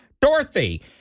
Dorothy